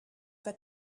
that